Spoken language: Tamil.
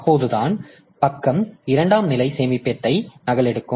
அப்போதுதான் பக்கம் இரண்டாம் நிலை சேமிப்பிடத்தை நகலெடுக்கும்